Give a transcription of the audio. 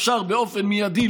ואפשר באופן מיידי,